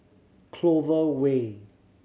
Clover Way